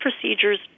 procedures